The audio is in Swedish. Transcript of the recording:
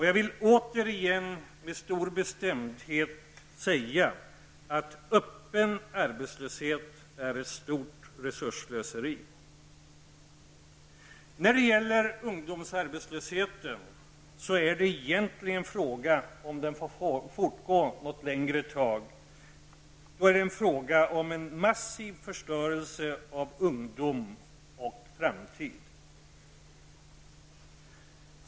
Jag vill återigen med stor bestämdhet säga att öppen arbetslöshet är ett stort resursslöseri. När det gäller ungdomsarbetslösheten är frågan egentligen om den får fortgå längre. Det är en fråga om en massiv förstörelse av ungdom och framtid.